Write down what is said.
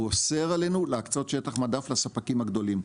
הוא אוסר עלינו להקצות שטח מדף לספקים הגדולים,